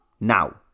now